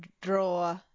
draw